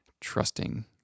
trusting